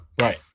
Right